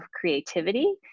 creativity